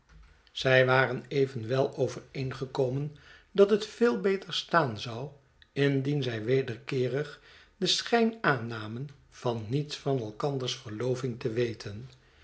zij waren evenwel overeengekomen dat het veel beter staan zou indien zij wederkeerig den schijn aannamen van niets van elkanders verloving te weten